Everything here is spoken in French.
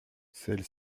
celle